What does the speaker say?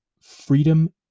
freedom